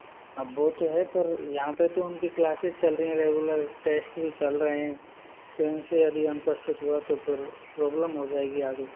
अब वो तो है पर यहाँ पे तो उनकी क्लासिज़ चल रही हैं रेगुलर टेस्ट भी चल रहे हैं तो इनसे अभी अनुपस्थित हुआ तो फिर प्रॉब्लम हो जाएगी आगे